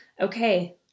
okay